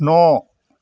न'